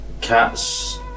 cats